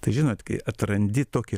tai žinot kai atrandi tokį